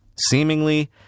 Seemingly